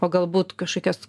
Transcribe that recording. o galbūt kažkokias